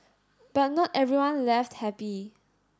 but not everyone left happy